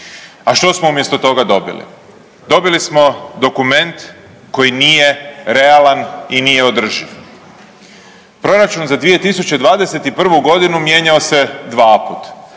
A što smo umjesto toga dobili? Dobili smo dokument koji nije realan i nije održiv. Proračun za 2021. g. mijenjao se dvaput,